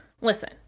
listen